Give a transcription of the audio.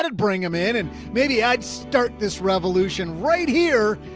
and bring them in. and maybe i'd start this revolution right here,